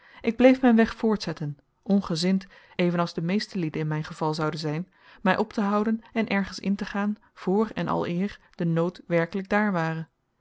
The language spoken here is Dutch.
ik bleef mijn weg voortzetten ongezind even als de meeste lieden in mijn geval zouden zijn mij op te houden en ergens in te gaan voor en aleer de nood werkelijk daar ware